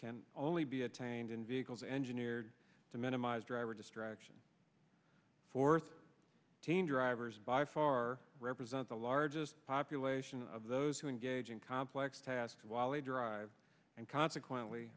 can only be attained in vehicles engineered to minimize driver distraction fourth teen drivers by far represent the largest population of those who engage in complex tasks while they drive and consequently